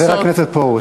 חבר הכנסת פרוש.